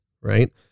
Right